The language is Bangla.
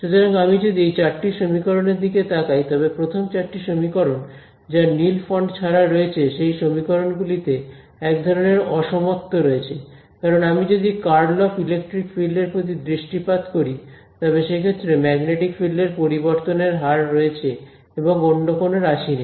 সুতরাং আমি যদি এই চারটি সমীকরণের দিকে তাকাই তবে প্রথম চারটি সমীকরণ যা নীল ফন্ট ছাড়া রয়েছে সেই সমীকরণগুলিতে এক ধরণের অসমত্ব রয়েছে কারণ আমি যদি কার্ল অফ ইলেকট্রিক ফিল্ড এর প্রতি দৃষ্টিপাত করি তবে সে ক্ষেত্রে ম্যাগনেটিক ফিল্ড এর পরিবর্তনের হার রয়েছে এবং অন্য কোনও রাশি নেই